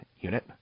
Unit